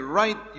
right